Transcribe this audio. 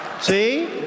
See